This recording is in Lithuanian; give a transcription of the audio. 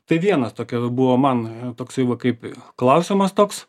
tai vienas tokia buvo man toksai va kaip klausimas toks